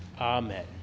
Amen